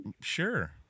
Sure